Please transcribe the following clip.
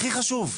הכי חשוב.